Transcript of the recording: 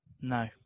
no